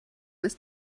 ist